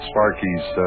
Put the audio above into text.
Sparky's